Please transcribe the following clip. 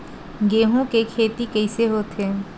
गेहूं के खेती कइसे होथे?